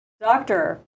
Doctor